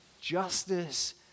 justice